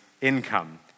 income